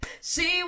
See